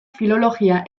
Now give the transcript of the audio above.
filologia